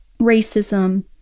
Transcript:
racism